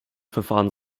verfahren